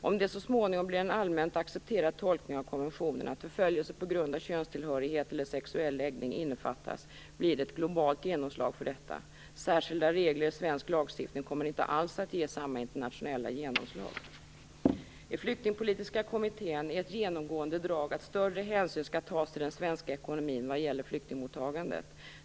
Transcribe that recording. Om det så småningom blir en allmänt accepterad tolkning av konventionen att förföljelse på grund av könstillhörighet eller sexuell läggning innefattas, blir det ett globalt genomslag för detta. Särskilda regler i svensk lagstiftning kommer inte alls att ge samma internationella genomslag. I Flyktingpolitiska kommittén är ett genomgående drag att större hänsyn skall tas till den svenska ekonomin vad gäller flyktingmottagandet.